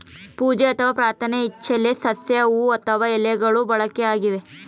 ಪೂಜೆ ಅಥವಾ ಪ್ರಾರ್ಥನೆ ಇಚ್ಚೆಲೆ ಸಸ್ಯ ಹೂವು ಅಥವಾ ಎಲೆಗಳು ಬಳಕೆಯಾಗಿವೆ